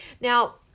Now